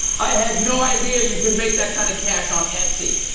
i had no idea you could make that kind of cash on etsy.